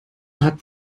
hat